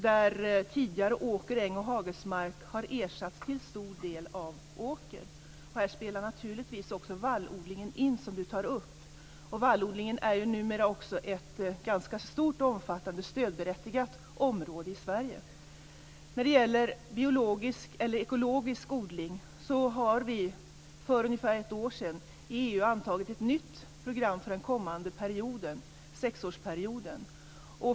Det som tidigare var ängs och hagmark har till stor del ersatts av åker. Här spelar naturligtvis vallodlingen också in. Vallodlingen är ju numera också ett ganska stort och omfattande stödberättigat område i Sverige. När det gäller ekologisk odling har vi för ungefär ett år sedan antagit ett nytt program i EU för den kommande sexårsperioden.